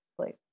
please